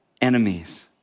enemies